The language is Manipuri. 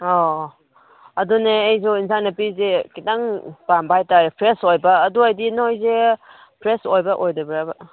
ꯑꯧ ꯑꯗꯨꯅꯦ ꯑꯩꯁꯨ ꯌꯦꯟꯁꯥꯡ ꯅꯥꯄꯤꯁꯦ ꯈꯤꯇꯪ ꯄꯥꯝꯕ ꯍꯥꯏꯇꯥꯔꯦ ꯐ꯭ꯔꯦꯁ ꯑꯣꯏꯕ ꯑꯗꯨ ꯑꯣꯗꯤ ꯅꯣꯏꯁꯦ ꯐ꯭ꯔꯦꯁ ꯑꯣꯏꯕ꯭ꯔ ꯑꯣꯏꯗꯕ꯭ꯔꯕ